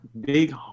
Big